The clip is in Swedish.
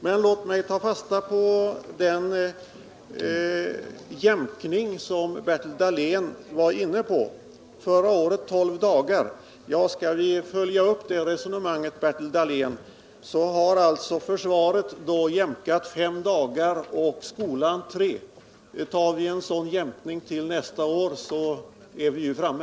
Men låt mig ta fasta på den jämkning som Bertil Dahlén var inne på. Förra året var skillnaden 12 dagar. I år har försvaret jämkat 5 dagar och skolan 3. Gör man en sådan jämkning även nästa år, är vi ju framme.